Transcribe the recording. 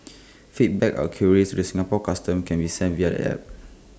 feedback or queries to the Singapore Customs can be sent via the app